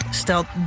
stelt